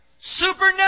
Supernatural